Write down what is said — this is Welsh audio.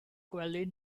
gwely